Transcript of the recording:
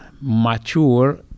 mature